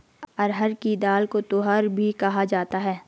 अरहर की दाल को तूअर भी कहा जाता है